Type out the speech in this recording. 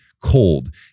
cold